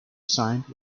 signed